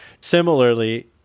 similarly